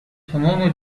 تمام